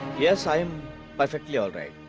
yes, i am perfectly alright.